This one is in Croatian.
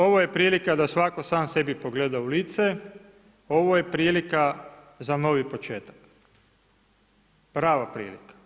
Ovo je prilika, da svatko sam sebi pogleda u lice, ovo je prilika za novi početak, prava prilika.